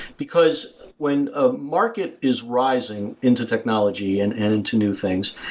because when a market is rising into technology and and into new things,